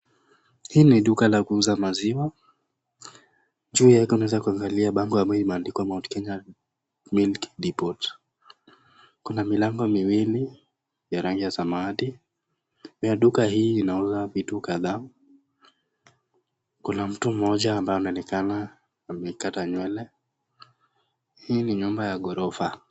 Hii ni duka la kuuza maziwa. Juu yake unaweza kuangalia bango ambayo imeandikwa Mount Kenya Milk Depot . Kuna milango miwili ya rangi ya samawati na duka hii inauza vitu kadhaa. Kuna mtu mmoja ambaye anaonekana amekata nywele. Hii ni nyumba ya gorofa.